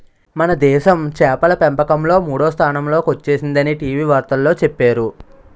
మనదేశం చేపల పెంపకంలో మూడో స్థానంలో కొచ్చేసిందని టీ.వి వార్తల్లో చెప్పేరు